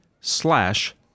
slash